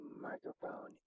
microphone